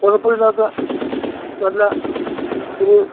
കുഴപ്പം ഇല്ലാത്ത നല്ല ഒരു